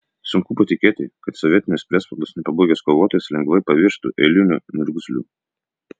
sunku patikėti kad sovietinės priespaudos nepabūgęs kovotojas lengvai pavirstų eiliniu niurgzliu